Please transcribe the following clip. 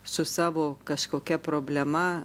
su savo kažkokia problema